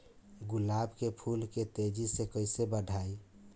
गुलाब के फूल के तेजी से कइसे बढ़ाई?